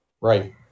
Right